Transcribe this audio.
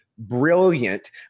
Brilliant